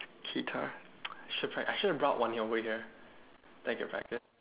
guitar I should have brought one over here then can practice